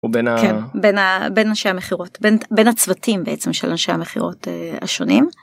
בין אנשי המכירות בין הצוותים בעצם של אנשי המכירות השונים.